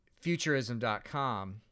futurism.com